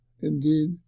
indeed